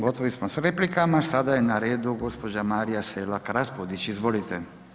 Gotovi smo s replikama, sada je na redu gđa. Marija Selak Raspudić, izvolite.